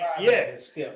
yes